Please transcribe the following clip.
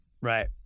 Right